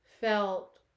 felt